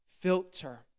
filter